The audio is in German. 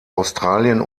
australien